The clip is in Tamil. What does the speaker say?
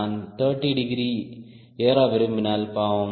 நான் 30 டிகிரி ஏற விரும்பினால் பாவம்